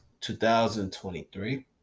2023